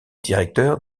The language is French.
directeur